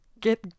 get